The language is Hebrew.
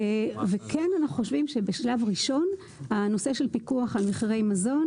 וכן אנחנו חושבים שבשלב ראשון הנושא של פיקוח על מחירי מזון,